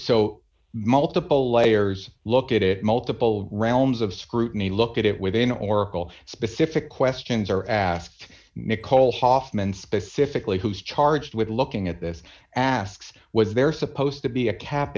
so multiple layers look at it multiple realms of scrutiny look at it within oracle specific questions or ask nicole hoffman specifically who's charged with looking at this ask was there are supposed to be a cap